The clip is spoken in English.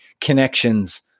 connections